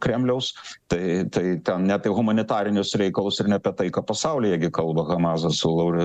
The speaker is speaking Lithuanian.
kremliaus tai tai ne apie humanitarinius reikalus ir ne apie taiką pasaulyje gi kalba hamasas su lau